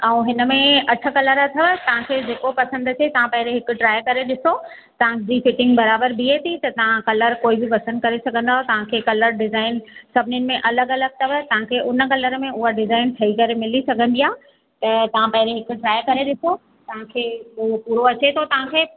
ऐं हिन में अठ कलर अथव तव्हांखे जेको पसंदि अचे तव्हां पहिरीं हिकु ट्राय करे ॾिसो तव्हांजी फिटींग बराबर बीहे थी त तव्हां कलर कोई बि पसंदि करे सघंदाव तव्हांखे कलर डिज़ाइन सभिनिनि में अलॻि अलॻि अथव तव्हांखे हुन कलर में हूअ डिज़ाइन ठही करे मिली सघंदी आहे त तव्हां पहिरीं हिकु ट्राय करे ॾिसो तव्हांखे हू पूरो अचे थो तव्हांखे